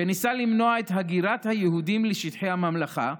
שניסה למנוע את הגירת היהודים לשטחי הממלכה,